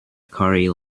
curry